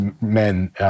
men